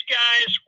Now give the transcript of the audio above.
guys